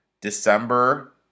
December